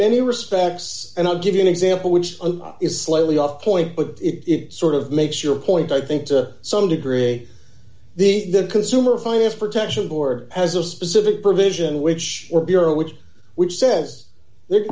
many respects and i'll give you an example which is slightly off point but it sort of makes your point i think to some degree the the consumer finance protection board has a specific provision which were bureau which which says the